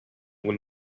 will